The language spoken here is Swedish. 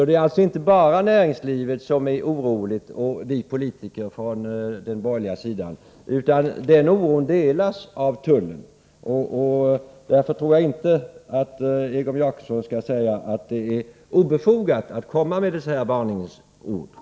Det är alltså inte bara vi politiker på den borgerliga sidan och näringslivet som känner oro, utan den oron delas av tullen. Därför tror jag inte att Egon Jacobsson skall säga att det är obefogat att komma med dessa varningsord.